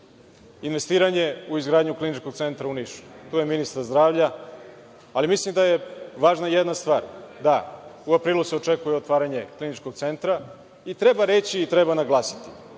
investiranje u izgradnju Kliničkog centra u Nišu. Tu je ministar zdravlja, ali mislim da je važna jedna stvar da se u aprilu očekuje otvaranje Kliničkog centra i treba reći i treba naglasiti,